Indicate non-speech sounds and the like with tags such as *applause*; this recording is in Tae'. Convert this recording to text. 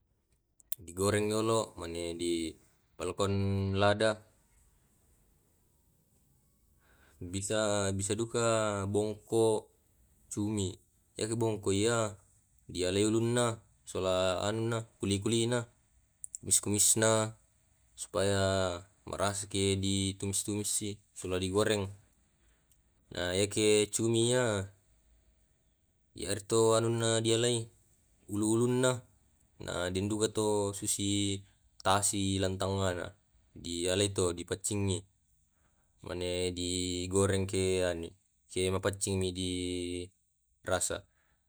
*noise* Digoreng yolo, mane dipalekkong *noise* lada bisa bisa duka bongko cumi. iyaki bongkoe dialai ulina, sola anuna kuli kulina kumis kumisna supaya marasaki di tumis tumis i sula digoreng. Iyakie cumi iya iyaritto urunna dialai ulu uluna nan dindugato susi tasi lantangana dialeto dipaccingi mane digoreng ke ani ke mapacing mi di rasa.